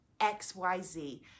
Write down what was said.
XYZ